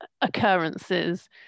occurrences